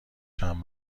چند